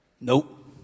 Nope